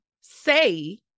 say